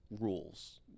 rules